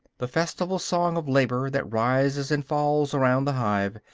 the festival song of labor that rises and falls around the hive,